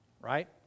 right